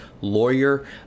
lawyer